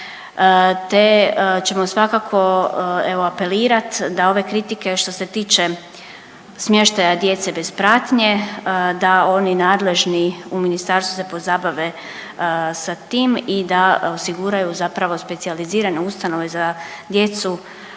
te ćemo svakako evo apelirat da ove kritike što se tiče smještaja djece bez pratnje da oni nadležni u ministarstvu se pozabave sa tim i da osiguranju zapravo specijalizirane ustanove za djecu